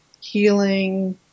healing